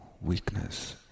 weakness